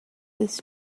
this